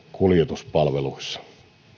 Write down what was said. kuljetuspalveluissa